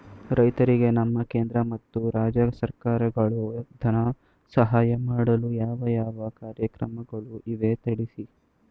ರೈತರಿಗೆ ನಮ್ಮ ಕೇಂದ್ರ ಮತ್ತು ರಾಜ್ಯ ಸರ್ಕಾರಗಳು ಧನ ಸಹಾಯ ಮಾಡಲು ಯಾವ ಯಾವ ಕಾರ್ಯಕ್ರಮಗಳು ಇವೆ ತಿಳಿಸಿ?